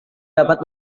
dapat